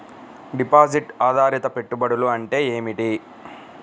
Deposit ఆధారిత పెట్టుబడులు అంటే ఏమిటి?